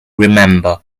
remember